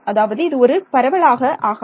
அதாவது இது ஒரு பரவலாக ஆகாது